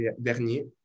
dernier